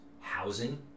housing